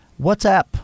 WhatsApp